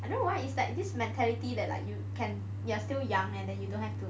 I don't know why is like this mentality that like you can you're still young and then you don't have to